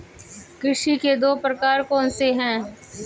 कृषि के दो प्रकार कौन से हैं?